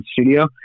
studio